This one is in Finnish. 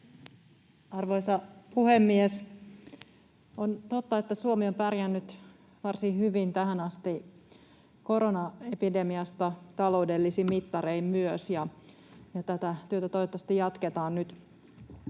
Arvoisa puhemies! On totta, että Suomi on pärjännyt tähän asti varsin hyvin koronaepidemiassa myös taloudellisin mittarein, ja tätä työtä toivottavasti jatketaan nyt.